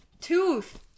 Tooth